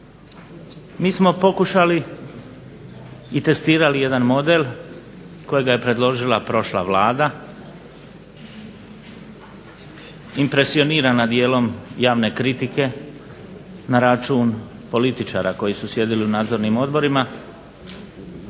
Mi smo pokušali i testirali jedan model kojega je predložila prošla Vlada impresionirana dijelom javne kritike na račun političara koji su sjedili u nadzornim odborima,